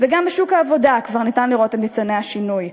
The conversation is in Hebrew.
גם בשוק העבודה כבר אפשר לראות את ניצני השינוי,